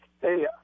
Hey